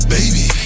Baby